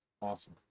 Awesome